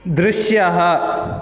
दृश्यः